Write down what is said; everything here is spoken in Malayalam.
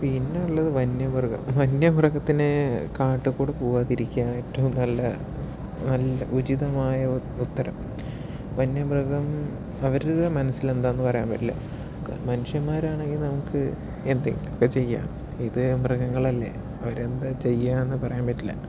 പിന്നെയുള്ളത് വന്യ മൃഗം വന്യ മൃഗത്തിന് കാട്ടിൽ കുടി പോകാതിരിക്കുക ഏറ്റവും നല്ല ഉചിതമായ ഉത്തരം വന്യ മൃഗം അവരുടെ മനസ്സിൽ എന്താന്നു പറയാൻ പറ്റില്ല മനുഷ്യൻമാരാണെങ്കിൽ നമുക്ക് എന്തെങ്കിലും ഒക്കെ ചെയ്യാം ഇത് മൃഗങ്ങളല്ലേ അവരെന്താ ചെയ്യുകയെന്നു പറയാൻ പറ്റില്ല